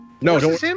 no